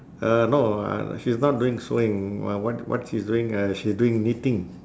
uh no ah she's not doing sewing uh what what she's doing uh she's doing knitting